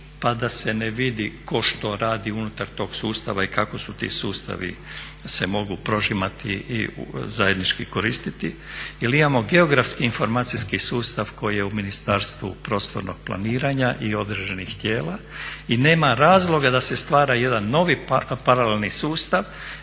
pa da se ne vidi tko što radi unutar tog sustava i kako ti sustavi se mogu prožimati i zajednički koristiti jer imamo geografski informacijski sustav koji je u Ministarstvu prostornog planiranja i određenih tijela i nema razloga da se stvara jedan novi paralelni sustav